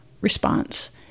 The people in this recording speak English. response